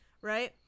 right